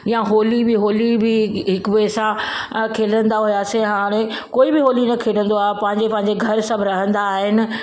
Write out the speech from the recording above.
या होली बि होली बि हिकु ॿिए सां खेलंदा हुआसीं हाणे कोइ बि होली खेॾंदो आहे पंहिंजे पंहिंजे घर सभु रहंदा आहिनि